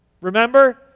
Remember